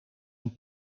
een